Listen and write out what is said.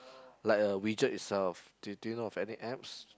like a widget itself do do you know of any apps